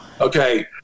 Okay